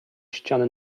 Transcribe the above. ściany